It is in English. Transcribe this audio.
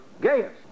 Gaius